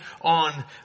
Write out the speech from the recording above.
on